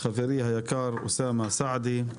חברי היקר אוסאמה סעדי,